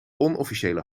onofficiële